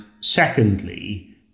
secondly